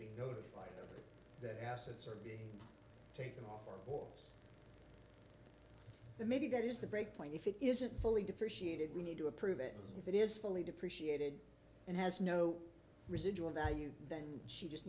be notified that assets are taken off or maybe that is the breakpoint if it isn't fully depreciated we need to approve it if it is fully depreciated and has no residual value then she just